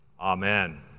Amen